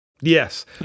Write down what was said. Yes